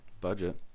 budget